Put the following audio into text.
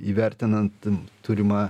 įvertinant turimą